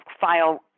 file